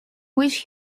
which